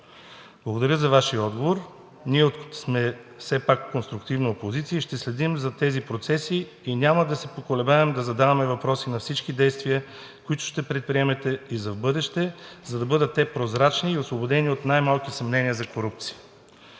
Благодаря за Вашия отговор. Ние сме все пак конструктивна опозиция, ще следим за тези процеси и няма да се поколебаем да задаваме въпроси за всички действия, които ще предприемете и в бъдеще, за да бъдат те прозрачни и освободени от най-малки съмнения за корупция.